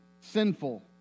sinful